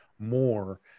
more